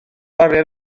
arian